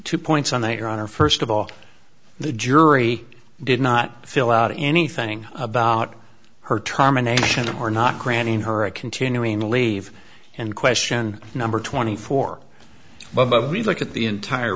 two points on that your honor first of all the jury did not fill out anything about her terminations or not granting her a continuing to leave and question number twenty four but we looked at the entire